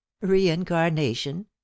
reincarnation